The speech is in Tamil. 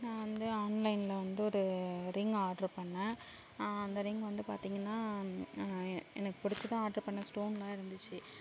நான் வந்து ஆன்லைனில் வந்து ஒரு ரிங் ஆர்டரு பண்னேன் அந்த ரிங் வந்து பார்த்தீங்கன்னா என் எனக்கு பிடிச்சிதான் ஆர்டரு பண்னேன் ஸ்டோன்லாம் இருந்துச்சு